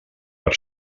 per